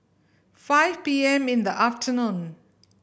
five P M in the afternoon